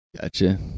Gotcha